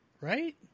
Right